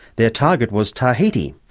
their target was tahiti,